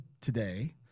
today